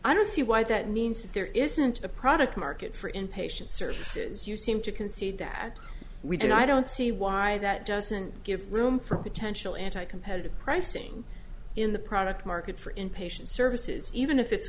i don't see why that means there isn't a product market for inpatient services you seem to concede that we did i don't see why that doesn't give room for potential anti competitive pricing in the product market for inpatient services even if it's